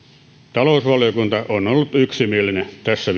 talousvaliokunta on ollut yksimielinen tässä